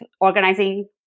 organizing